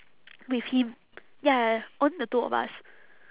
with him ya ya ya only the two of us